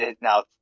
now